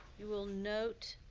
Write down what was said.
you will note